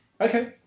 Okay